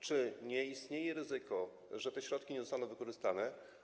Czy nie istnieje ryzyko, że te środki nie zostaną wykorzystane?